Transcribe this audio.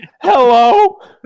hello